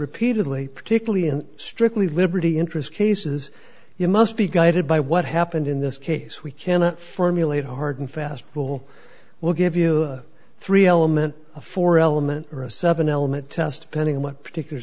repeatedly particularly in strictly liberty interest cases you must be guided by what happened in this case we cannot formulate a hard and fast rule will give you a three element a four element or a seven element test pending what particular